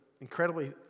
incredibly